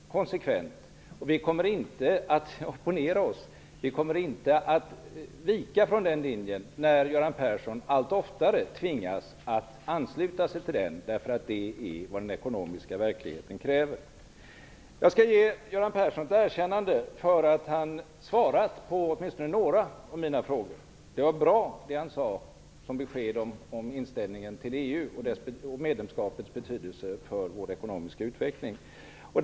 Vi kommer inte att opponera och avvika från den linjen när Göran Persson allt oftare tvingas att ansluta sig till den därför att det är vad den ekonomiska verkligheten kräver. Jag skall ge Göran Persson ett erkännande för att han har svarat på åtminstone några av mina frågor. De besked han gav om inställningen till EU och om medlemskapets betydelse för vår ekonomiska utveckling var bra.